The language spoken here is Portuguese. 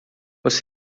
você